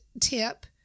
tip